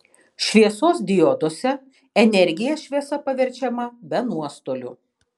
šviesos dioduose energija šviesa paverčiama be nuostolių